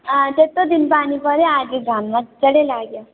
त्यत्रो दिन पानी पर्यो आज घाम मजाले लाग्यो